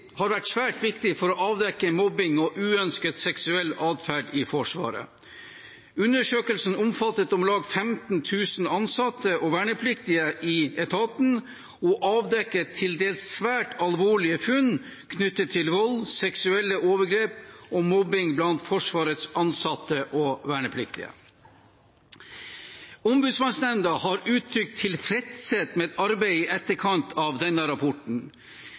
har vært svært viktig for å avdekke mobbing og uønsket seksuell atferd i Forsvaret. Undersøkelsen omfattet om lag 15 000 ansatte og vernepliktige i etaten og avdekket til dels svært alvorlige funn knyttet til vold, seksuelle overgrep og mobbing blant Forsvarets ansatte og vernepliktige. Ombudsmannsnemnda har uttrykt tilfredshet med arbeidet i etterkant av denne rapporten.